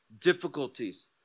difficulties